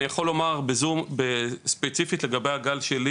אני יכול לומר ספציפית לגבי הגל שלי